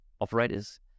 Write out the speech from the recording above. operators